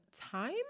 time